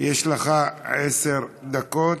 יש לך עשר דקות.